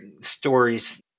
stories